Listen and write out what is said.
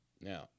Now